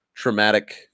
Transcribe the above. Traumatic